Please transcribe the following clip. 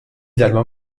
darba